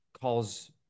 calls